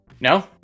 No